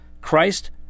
Christ